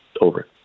over